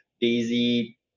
DAISY